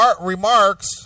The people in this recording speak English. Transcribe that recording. remarks